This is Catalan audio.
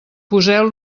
poseu